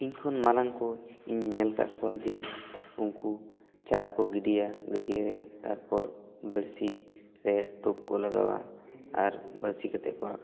ᱤᱧ ᱠᱷᱚᱱ ᱢᱟᱨᱟᱝ ᱠᱚᱧ ᱧᱮᱞ ᱟᱠᱟᱫ ᱠᱚᱣᱟ ᱡᱮ ᱩᱱᱠᱩ ᱪᱟᱨ ᱠᱚ ᱜᱤᱰᱤᱭᱟ ᱜᱟᱹᱰᱭᱟᱹᱨᱮ ᱛᱟᱨᱯᱚᱨ ᱵᱟᱹᱲᱥᱤ ᱨᱮ ᱴᱳᱯ ᱠᱚ ᱞᱟᱜᱟᱣᱟ ᱟᱨ ᱵᱟᱹᱲᱥᱤ ᱠᱟᱛᱮᱫ ᱠᱚ ᱨᱟᱠᱟᱯ ᱠᱚᱣᱟ